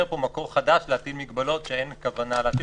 פה מקור חדש להטיל מגבלות שאין כוונה להטיל.